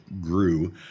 grew